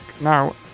now